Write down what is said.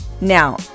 Now